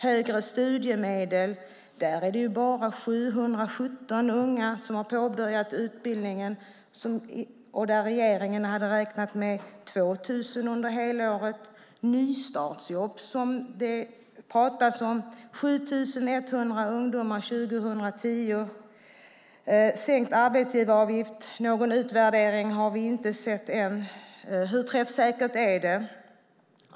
Högre studiemedel har bara lett till att 717 unga har påbörjat utbildning, där regeringen hade räknat med 2 000 under helåret. Nystartsjobb, som det pratas om, har 7 100 ungdomar fått 2010. Sänkt arbetsgivaravgift - någon utvärdering har vi inte sett än. Hur träffsäkert är det?